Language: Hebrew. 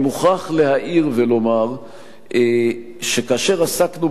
אני מוכרח להעיר ולומר שכאשר עסקנו